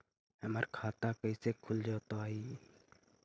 हमर खाता कैसे खुल जोताई?